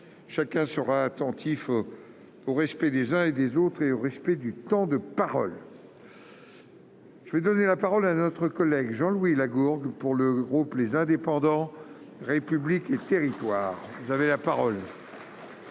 chacun sera attentif au respect des uns et des. Autres et au respect du temps de parole. Je vais donner la parole à notre collègue Jean-Louis Lagourgue pour le groupe, les indépendants, république et Thierry. Vous avez la parole.